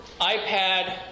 iPad